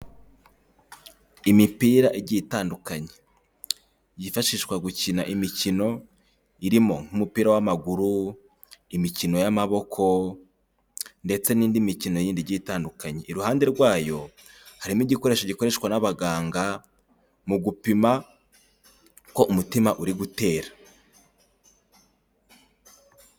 Imipira igiye itandukanye yifashishwa gukina imikino irimo nk'umupira w'amaguru, imikino y'amaboko ndetse n'indi mikino y'indi igiye itandukanye, iruhande rwayo harimo igikoresho gikoreshwa n'abaganga mu gupima ko umutima uri gutera.